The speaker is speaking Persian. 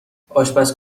آشپز